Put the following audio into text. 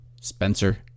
Spencer